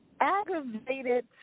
aggravated